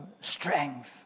strength